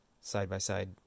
side-by-side